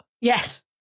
Yes